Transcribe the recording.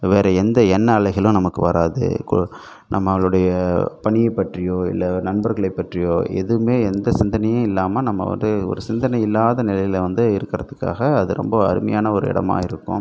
வேறு எந்த என்ன அலைகளும் நமக்கு வராது கொ நம்மளுடைய பணியை பற்றியோ இல்லை நண்பர்களை பற்றியோ எதுவுமே எந்த சிந்தனையும் இல்லாமல் நம்ப வந்து ஒரு சிந்தனை இல்லாத நிலையில் வந்து இருக்கிறதுக்காக அது ரொம்ப அருமையான ஒரு இடமா இருக்கும்